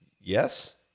yes